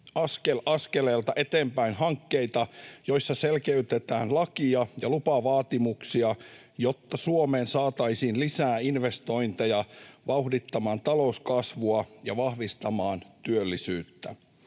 askel askeleelta eteenpäin hankkeita, joissa selkeytetään lakia ja lupavaatimuksia, jotta Suomeen saataisiin lisää investointeja vauhdittamaan talouskasvua ja vahvistamaan työllisyyttä.